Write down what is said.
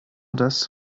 das